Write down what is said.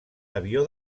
avió